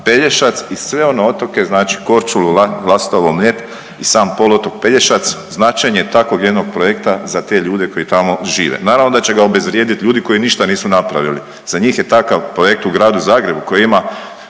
Pelješac i sve one otoke znači Korčulu, Lastovo, Mljet i sam poluotok Pelješac značenje takvog jednog projekta za te ljude koji tamo žive. Naravno da će ga obezvrijedit ljudi koji ništa nisu napravili. Za njih je takav projekt u Gradu Zagrebu koji ima